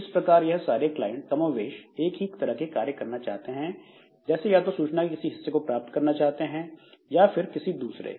इस प्रकार यह सारे क्लाइंट कमोबेश एक ही तरह के कार्य करना चाहते हैं जैसे या तो सूचना के किसी हिस्से को प्राप्त करना चाहते हैं या फिर किसी दूसरे